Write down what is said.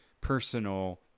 personal